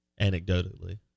Anecdotally